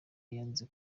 yanze